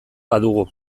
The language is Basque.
badugu